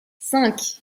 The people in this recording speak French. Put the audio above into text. cinq